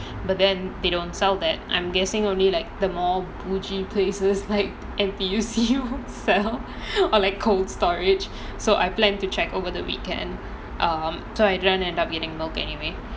but then they don't sell that I'm guessing only like the more பூச்சி:poochi places like N_T_U_C sell or like cold storage so I plan to check over the weekend um so I don't end up getting milk anyway